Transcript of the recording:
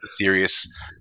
serious